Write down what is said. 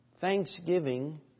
Thanksgiving